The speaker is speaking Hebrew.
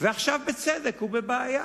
ועכשיו, בצדק, הוא בבעיה,